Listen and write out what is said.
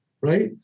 right